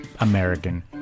American